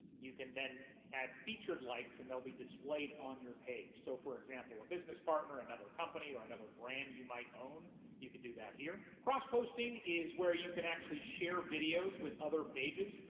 you can then add featured likes and they'll be displayed on your page. so for example, a business partner, another company or another brand you might own, you could do that here. crossposting is where you can actually share videos with other pages.